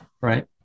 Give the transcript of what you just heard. Right